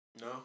No